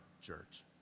church